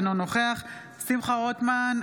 אינו נוכח שמחה רוטמן,